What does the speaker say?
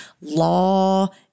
law